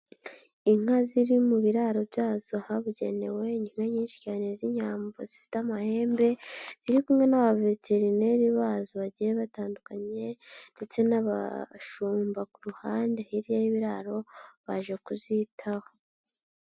Inka ziri mu biraro byazo ahabugenewe, inka nyinshi cyane z'inyambo zifite amahembe ziri kumwe n'abaveterineri bazo bagiye batandukanye ndetse n'abashumba ku ruhande hirya y'ibiraro baje kuzitaho.